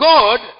God